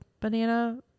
banana